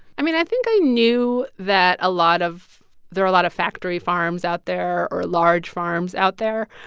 i mean, i think i knew that a lot of there are a lot of factory farms out there or large farms out there,